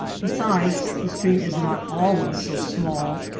besides, the stream is not always so small.